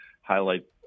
highlight